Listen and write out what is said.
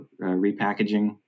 repackaging